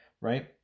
right